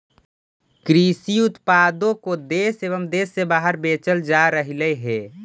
कृषि उत्पादों को देश एवं देश से बाहर बेचल जा रहलइ हे